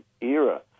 era